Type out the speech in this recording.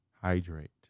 Hydrate